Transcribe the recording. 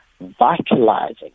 vitalizing